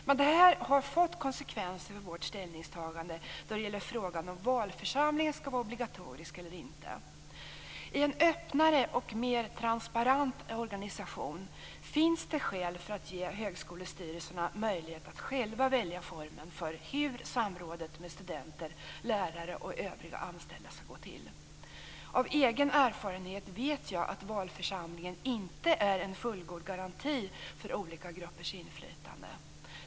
Men detta har fått konsekvenser för vårt ställningstagande när det gäller frågan om valförsamlingen skall vara obligatorisk eller inte. I en öppnare och mer transparent organisation finns det skäl för att ge högskolestyrelserna möjlighet att själva välja formen för hur samrådet med studenter, lärare och övriga anställda skall gå till. Av egen erfarenhet vet jag att valförsamlingen inte är en fullgod garanti för olika gruppers inflytande.